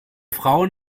frauen